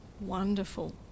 wonderful